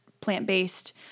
plant-based